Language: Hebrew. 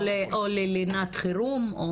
או ללינת חירום.